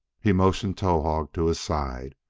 he motioned towahg to his side,